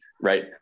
right